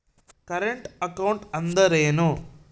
Current account ಅಂದರೇನು?